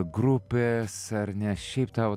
grupės ar ne šiaip tau